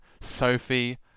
Sophie